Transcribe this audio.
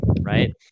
right